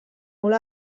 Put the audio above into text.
molt